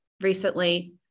recently